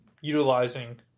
utilizing